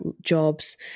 jobs